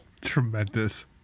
Tremendous